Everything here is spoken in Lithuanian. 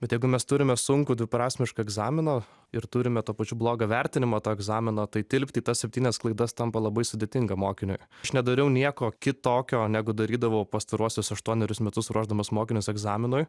bet jeigu mes turime sunkų dviprasmišką egzaminą ir turime tuo pačiu blogą vertinimą to egzamino tai tilpti į tas septynias klaidas tampa labai sudėtinga mokiniui aš nedariau nieko kitokio negu darydavau pastaruosius aštuonerius metus ruošdamas mokinius egzaminui